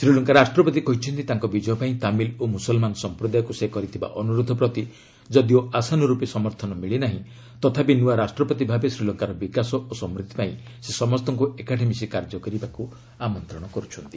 ଶ୍ରୀଲଙ୍କା ରାଷ୍ଟ୍ରପତି କହିଛନ୍ତି ତାଙ୍କ ବିଜୟ ପାଇଁ ତାମିଲ୍ ଓ ମୁସଲ୍ମାନ ସମ୍ପ୍ରଦାୟକୁ ସେ କରିଥିବା ଅନୁରୋଧ ପ୍ରତି ଯଦିଓ ଆଶାନୁରୂପୀ ସମର୍ଥନ ମିଳି ନାହିଁ ତଥାପି ନୂଆ ରାଷ୍ଟ୍ରପତି ଭାବେ ଶ୍ରୀଲଙ୍କାର ବିକାଶ ଓ ସମୃଦ୍ଧିପାଇଁ ସେ ସମସ୍ତଙ୍କୁ ଏକାଠି ମିଶି କାର୍ଯ୍ୟ କରିବାକୁ ଆମନ୍ତ୍ରଣ କରୁଛନ୍ତି